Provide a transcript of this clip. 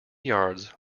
yards